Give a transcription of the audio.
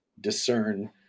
discern